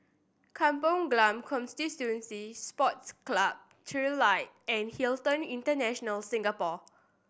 Kampong Glam Constituency Sports Club Trilight and Hilton International Singapore